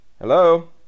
Hello